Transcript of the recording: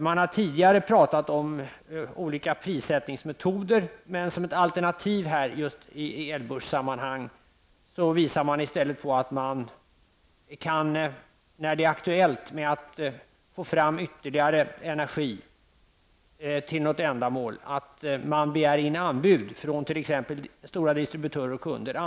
Man har tidigare talat om olika prissättningsmetoder, men som ett alternativ i elbörssammanhang visar man i stället på att man när det är aktuellt att få fram ytterligare energi till något ändamål kan begära in anbud på energimängden från t.ex. stora distributörer och kunder.